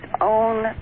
own